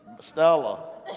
Stella